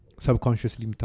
Subconsciously